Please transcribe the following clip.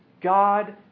God